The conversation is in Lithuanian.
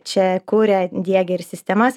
čia kuria diegia ir sistemas